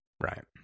Right